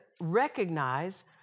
recognize